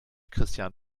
christian